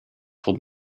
told